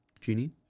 Genie